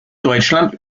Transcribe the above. deutschland